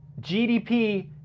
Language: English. GDP